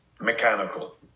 Mechanical